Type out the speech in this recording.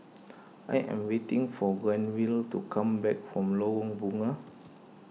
I am waiting for Granville to come back from Lorong Bunga